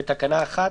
בתקנה 1,